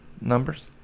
numbers